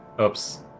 Oops